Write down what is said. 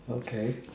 okay